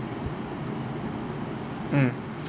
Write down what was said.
mm